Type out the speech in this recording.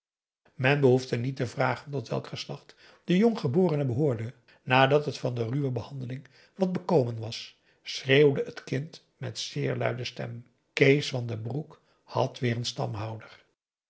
men behoefde niet te vragen tot welk geslacht de jonggeborene behoorde nadat het van de ruwe behandeling wat bekomen was schreeuwde t kind met zeer luide stem kees van den broek had weêr een stamhouder